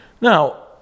Now